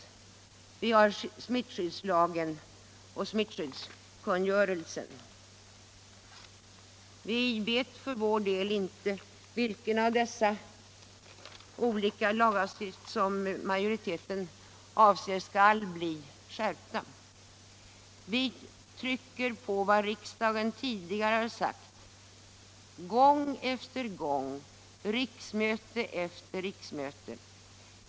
Vidare har vi smittskyddslagen och smittskyddskungörelsen. För vår del vet vi inte vilka av dessa olika lagar som majoriteten avser skall bli skärpta. Vi trycker på vad riksdagen _tidigare har sagt gång efter gång, riksmöte efter riksmöte.